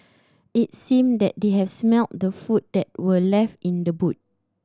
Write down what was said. it seemed that they had smelt the food that were left in the boot